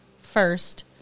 first